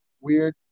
weird